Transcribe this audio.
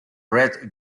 red